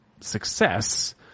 success